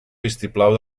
vistiplau